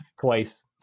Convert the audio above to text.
Twice